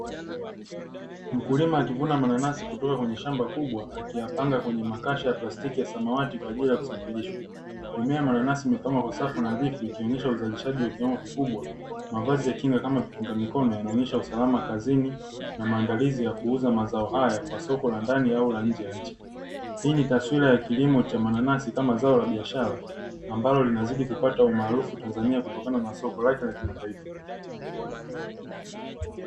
Mkulima akivuna mananasi kutoka kwenye shamba kubwa akiyapanga kwenye makasha ya plastiki ya samawati kwa ajili ya kusafirishwa, mimea mananasi mipango kwa safu nadhifu ikionyesha uzalishaji wa kiwango kikubwa, mavazi ya kinga kama vikinga mikono yanaonyesha usalama kazini, na maandalizi ya kuuza mazao haya kwa soko la ndani au la nje ya nchi, hii ni taswira ya kilimo cha mananasi kama zao la biashara, ambalo linazidi kupata umaarufu Tanzania kutokana na masoko lake la kimataifa.